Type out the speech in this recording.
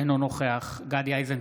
אינו נוכח גדי איזנקוט,